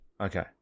Okay